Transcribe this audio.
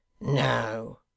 No